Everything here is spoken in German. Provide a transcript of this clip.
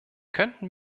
könnten